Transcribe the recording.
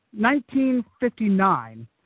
1959